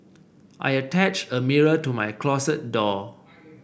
I attached a mirror to my closet door